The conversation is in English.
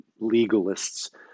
legalists